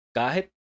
kahit